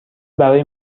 برای